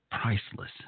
priceless